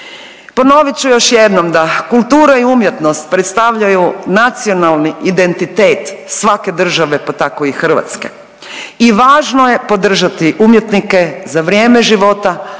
Ponovit ću još jednom da kultura i umjetnost predstavljaju nacionalni identitet svake države, pa tako i Hrvatske. I važno je podržati umjetnike za vrije života,